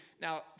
Now